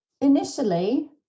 Initially